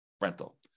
rental